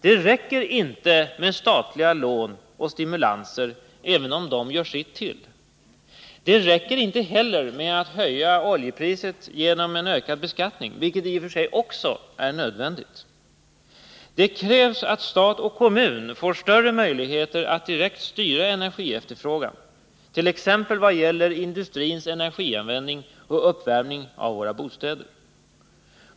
Det räcker inte med statliga lån och stimulanser, även om dessa gör sitt till. Det räcker inte heller med att höja oljepriset genom en ökad beskattning, vilket i och för sig också är nödvändigt. Det krävs att stat och kommun får större möjligheter att direkt styra energiefterfrågan, t.ex. vad det gäller industrins energianvändning och uppvärmningen av våra bostäder.